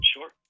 Sure